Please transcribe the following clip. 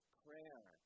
prayer